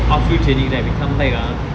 outfield trainings right we come back ah